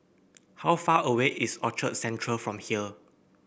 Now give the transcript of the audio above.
how far away is Orchard Central from here